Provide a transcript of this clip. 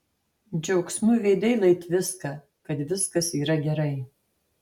džiaugsmu veidai lai tviska kad viskas yra gerai